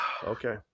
Okay